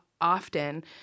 often